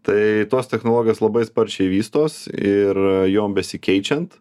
tai tos technologijos labai sparčiai vystos ir jom besikeičiant